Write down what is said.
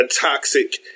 toxic